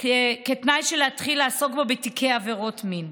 כתנאי להתחיל לעסוק בתיקי עבירות מין.